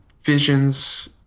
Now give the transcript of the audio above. visions